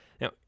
Now